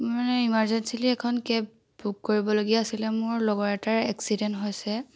মোৰ মানে ইমাৰজেঞ্চীলী এখন কেব বুক কৰিবলগীয়া আছিলে মোৰ লগৰ এটাৰ এক্সিডেন্ট হৈছে